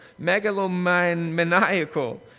megalomaniacal